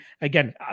again